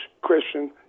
Christian